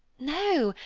no,